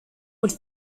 would